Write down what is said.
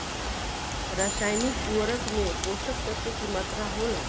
रसायनिक उर्वरक में पोषक तत्व की मात्रा होला?